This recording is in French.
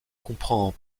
comprend